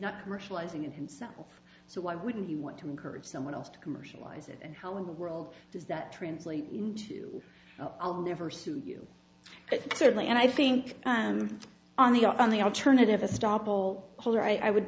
not commercializing it himself so why wouldn't he want to encourage someone else to commercialize it and how in the world does that translate into a will never suit you but certainly and i think on the on the alternative a stoppel holder i would